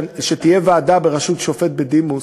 שתהיה ועדה בראשות שופט בדימוס,